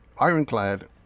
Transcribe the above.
ironclad